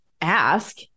ask